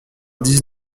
dix